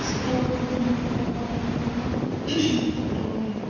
सिख्लायावबो बिदिनो लेखा फरायखांनानै आङो